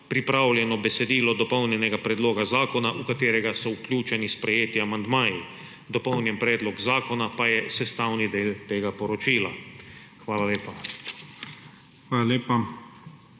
pripravljeno besedilo dopolnjenega predloga zakona, v katerega so vključeni sprejeti amandmaji. Dopolnjen predlog zakona pa je sestavni del tega poročila. Hvala lepa.